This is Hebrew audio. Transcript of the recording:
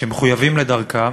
שמחויבים לדרכם,